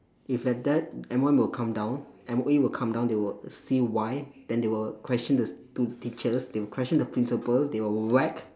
if like that M_O_M will come down M_O_E will come down they will see why then they will question the school teachers they will question the principal they will whack